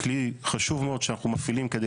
כלי חשוב מאוד שאנחנו מפעילים כדי